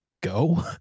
go